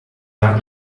that